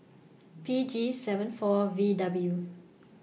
P G seven four V W